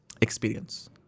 experience